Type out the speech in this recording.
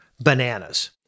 bananas